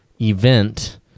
event